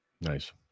Nice